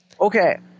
Okay